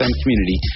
community